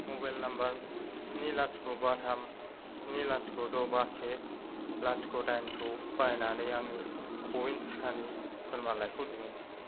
mobile number स्नि लाथिख' बा थाम स्नि लाथिख' द' बा से लाथिख' दाइन खौ बाहायनानै आंनि क' विन टिकानि फोरमानलाइखौ दिहुन